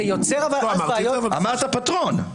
אמרת "פטרון".